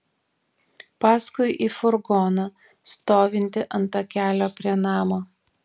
paskui į furgoną stovintį ant takelio prie namo